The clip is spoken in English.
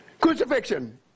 Crucifixion